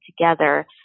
together